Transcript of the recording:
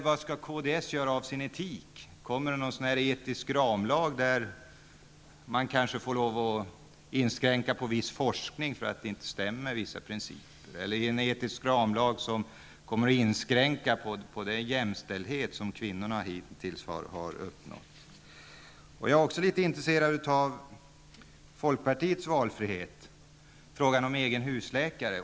Var skall kds göra av sin etik? Kommer det någon etisk ramlag, där man får inskränka viss forskning därför att vissa principer inte stämmer? Eller kommer det någon etisk ramlag som inskränker den jämställdhet kvinnorna hittills har uppnått? Jag är också litet intresserad av folkpartiets valfrihet i fråga om egen husläkare.